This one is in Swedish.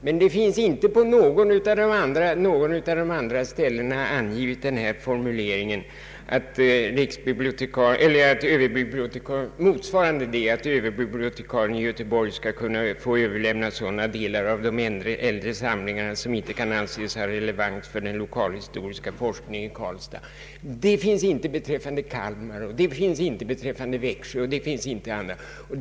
Men det finns inte i fråga om de andra ställena någon formulering motsvarande den att överbibliotekarien i Göteborg skall kunna få överlämna till andra institutioner sådana delar av de äldre samlingarna som inte kan anses ha relevans för den lokalhistoriska forskningen i Karlstad. Något sådant sägs inte beträffande Kalmar, inte beträffande Växjö, o. s. v.